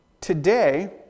Today